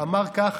אמר ככה: